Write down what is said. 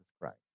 Christ